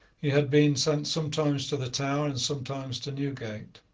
he had been sent sometimes to the tower, and sometimes to newgate.